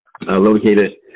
located